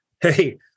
Hey